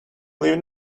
leave